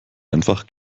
einfach